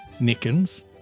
Nickens